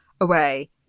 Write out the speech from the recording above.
away